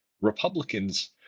Republicans